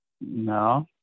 No